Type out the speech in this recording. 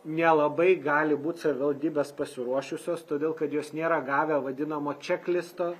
nelabai gali būt savivaldybės pasiruošusios todėl kad jos nėra gavę vadinamo čeklisto